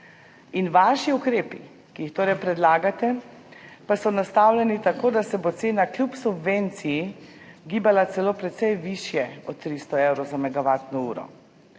Vaši ukrepi, ki jih torej predlagate, pa so nastavljeni tako, da se bo cena kljub subvenciji gibala precej višje od 300 evrov za